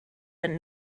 and